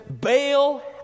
bail